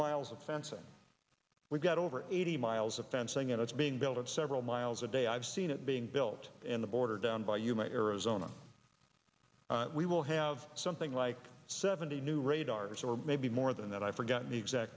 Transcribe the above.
miles of fencing we've got over eighty miles of fencing and it's being built up several miles a day i've seen it being built and the border down by you might arizona we will have something like seventy new radars or maybe more than that i forgot the exact